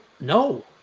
No